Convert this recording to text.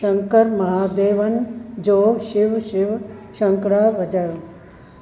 शंकर महादेवन जो शिव शिव शंकरा वॼायो